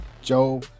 Joe